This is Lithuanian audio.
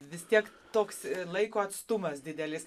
vis tiek toks laiko atstumas didelis